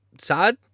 sad